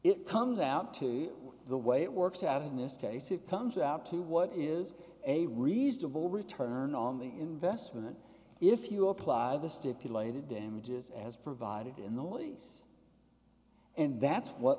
it comes out to the way it works out in this case it comes out to what is a reasonable return on the investment if you apply the stipulated damages as provided in the lease and that's what